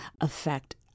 affect